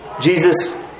Jesus